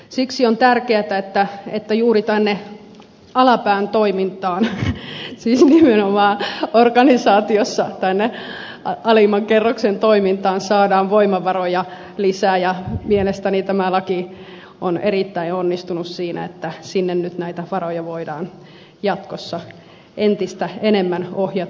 siksi on tärkeätä että juuri tänne alapään toimintaan siis nimenomaan organisaatiossa alimman kerroksen toimintaan saadaan voimavaroja lisää ja mielestäni tämä laki on erittäin onnistunut siinä että sinne nyt näitä varoja voidaan jatkossa entistä enemmän ohjata